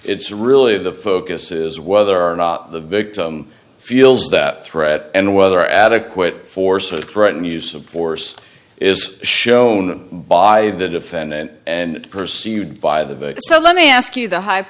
it's really the focus is whether or not the victim feels that threat and whether adequate force or threat and use of force is shown by the defendant and pursued by the so let me ask you the hype